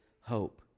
hope